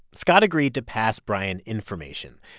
scott agreed to pass bryan information.